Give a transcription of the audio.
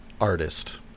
artist